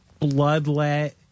Bloodlet